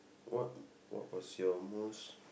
what what was your most